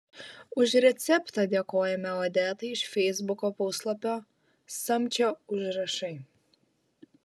už receptą dėkojame odetai iš feisbuko puslapio samčio užrašai